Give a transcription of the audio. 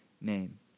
name